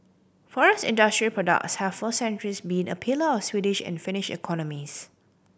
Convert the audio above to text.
forest industry product have for centuries been a pillar of the Swedish and Finnish economies